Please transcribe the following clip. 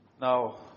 now